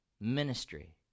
ministry